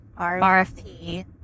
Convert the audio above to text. RFP